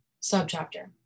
Subchapter